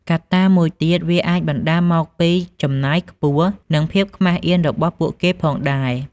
កត្តាមួយទៀត វាអាចបណ្ដាលមកពីចំណាយខ្ពស់ និងភាពខ្មាស់អៀនរបស់ពួកគេផងដែរ។